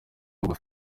bugufi